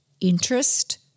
interest